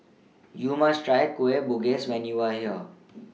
YOU must Try Kueh Bugis when YOU Are here